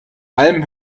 alm